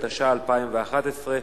התשע"א 2011,